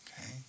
okay